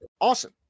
awesome